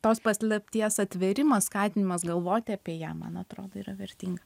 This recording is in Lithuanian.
tos paslapties atvėrimas skatinimas galvoti apie ją man atrodo yra vertinga